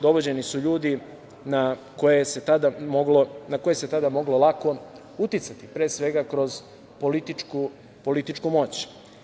Dovođeni su ljudi na koje se tada moglo lako uticati, pre svega kroz političku moć.